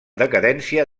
decadència